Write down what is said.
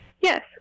yes